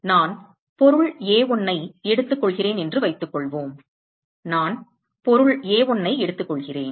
நான் பொருள் A1 ஐ எடுத்துக்கொள்கிறேன் என்று வைத்துக்கொள்வோம் நான் பொருள் A1 ஐ எடுத்துக்கொள்கிறேன்